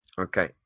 Okay